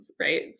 Right